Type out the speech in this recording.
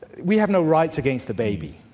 we have no rights against the baby,